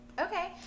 okay